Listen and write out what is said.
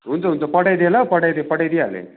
हुन्छ हुन्छ पठाइदिएँ ल पठाइदिएँ पठाइदिइहालेँ